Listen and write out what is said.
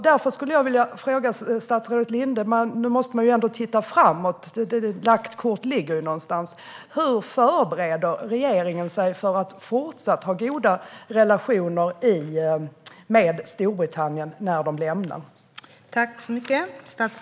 Eftersom man ändå måste titta framåt - lagt kort ligger ju - vill jag fråga statsrådet Linde hur regeringen förbereder sig för att fortsatt ha goda relationer med Storbritannien när landet lämnar EU.